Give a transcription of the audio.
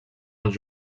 els